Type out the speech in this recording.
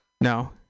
No